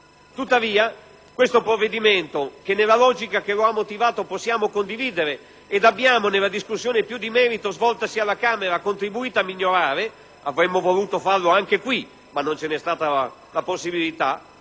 Tuttavia, questo provvedimento, che nella logica che lo ha motivato possiamo condividere e che abbiamo, nella discussione più di merito svoltasi alla Camera, contribuito a migliorare (avremmo voluto farlo anche qui, ma non ce n'è stata la possibilità),